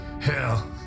Hell